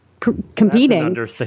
competing